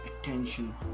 attention